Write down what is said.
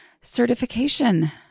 certification